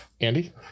Andy